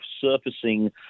surfacing